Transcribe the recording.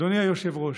אדוני היושב-ראש,